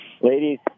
ladies